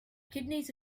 kidneys